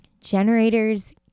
Generators